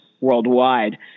worldwide